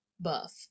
buff